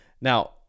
Now